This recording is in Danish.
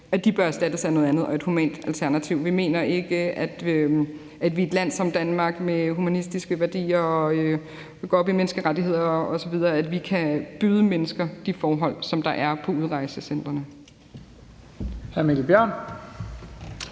at de bør erstattes af noget andet, et humant alternativ. Vi mener ikke, at vi i et land som Danmark med humanistiske værdier, hvor vi går op i menneskerettigheder osv., kan byde mennesker de forhold, som der er på udrejsecentrene.